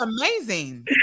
amazing